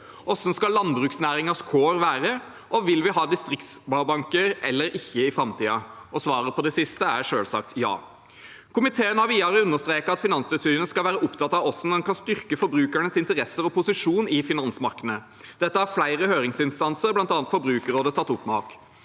Hvordan skal landbruksnæringens kår være, og vil vi ha distriktssparebanker eller ikke i framtiden? Svaret på det siste er selvsagt ja! Komiteen har videre understreket at Finanstilsynet skal være opptatt av hvordan man skal styrke forbrukernes interesser og posisjon i finansmarkedene. Dette har flere høringsinstanser, bl.a. Forbrukerrådet, tatt opp med oss.